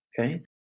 Okay